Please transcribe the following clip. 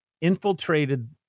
infiltrated